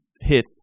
hit